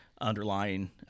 underlying